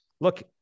look